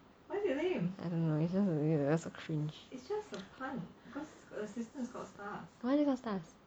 I don't know it's weird just a cringe why are called stars